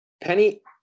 Penny